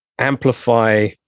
amplify